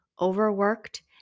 overworked